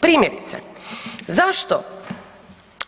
Primjerice zašto,